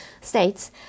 states